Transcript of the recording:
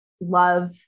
love